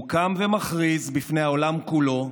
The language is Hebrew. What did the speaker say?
הוא קם ומכריז בפני העולם כולו: